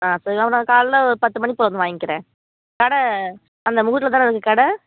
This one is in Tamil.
ஆ அப்புடில்லாம் ஒன்றும் இல்லை காலைல ஒரு பத்து மணிக்கு வந்து வாய்ங்கிறேன் கடை அந்த முக்கூட்டில் தானே இருக்குது கடை